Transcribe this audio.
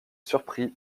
surpris